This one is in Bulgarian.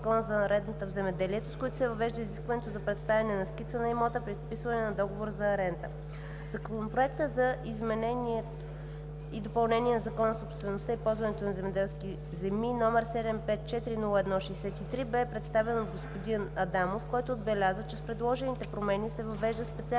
Закона за арендата в земеделието, с които се въвежда изискването за представяне на скица на имота при вписване на договора за аренда. Законопроектът за изменение и допълнение на Закона за собствеността и ползването на земеделските земи № 754-01-63 беше представен от господин Алтимир Адамов, който отбеляза, че с предложените промени се въвежда специален